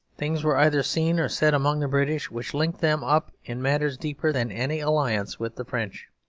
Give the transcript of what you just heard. things were either seen or said among the british which linked them up, in matters deeper than any alliance, with the french,